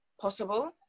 possible